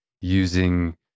using